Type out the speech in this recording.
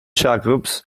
jacobs